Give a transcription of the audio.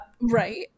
Right